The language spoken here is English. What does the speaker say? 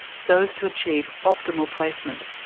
so as to achieve optimal placement.